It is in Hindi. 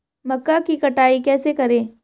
मक्का की कटाई कैसे करें?